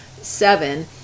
seven